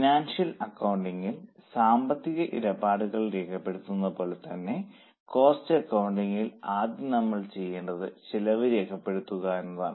financial അകൌണ്ടിംഗിൽ സാമ്പത്തിക ഇടപാടുകൾ രേഖപ്പെടുത്തുന്നത് പോലെതന്നെ കോസ്റ്റ് അകൌണ്ടിംഗിൽ ആദ്യം നമ്മൾ ചെയ്യേണ്ടത് ചെലവ് രേഖപ്പെടുത്തുക എന്നതാണ്